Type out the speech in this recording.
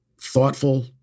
thoughtful